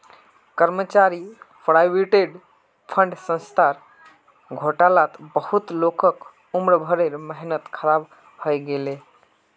कर्मचारी provident fund संस्थार घोटालात बहुत लोगक उम्र भरेर मेहनत ख़राब हइ गेले